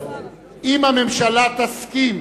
אם הממשלה תסכים